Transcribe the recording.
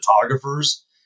photographers